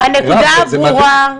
הנקודה ברורה.